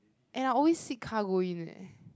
and I always sit car go in eh